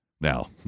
Now